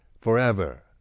forever